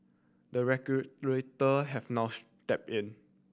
the regulator have now step in